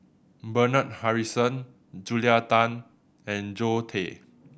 Bernard Harrison Julia Tan and Zoe Tay